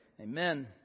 Amen